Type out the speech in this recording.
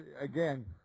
Again